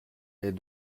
est